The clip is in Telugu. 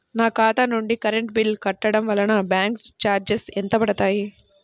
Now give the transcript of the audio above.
నా ఖాతా నుండి కరెంట్ బిల్ కట్టడం వలన బ్యాంకు చార్జెస్ ఎంత పడతాయా?